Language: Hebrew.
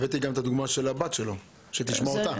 הבאתי גם את הדוגמה של הבת שלו, שתשמעו אותה.